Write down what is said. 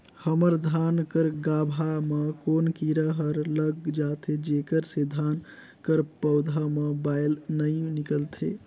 हमर धान कर गाभा म कौन कीरा हर लग जाथे जेकर से धान कर पौधा म बाएल नइ निकलथे?